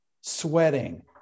sweating